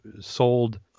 sold